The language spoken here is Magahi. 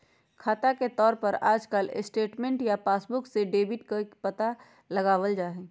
खाता के तौर पर आजकल स्टेटमेन्ट या पासबुक से डेबिट के पता लगावल जा हई